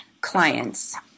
clients